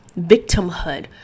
Victimhood